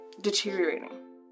deteriorating